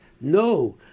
no